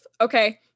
okay